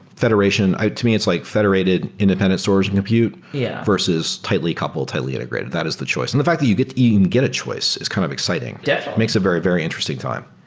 federation to me, it's like federated independent source and compute yeah versus tightly coupled, tightly integrated. that is the choice. and the fact that you even get a choice is kind of exciting. makes a very, very interesting time.